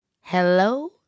Hello